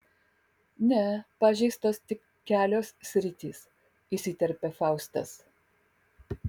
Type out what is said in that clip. ne pažeistos tik kelios sritys įsiterpė faustas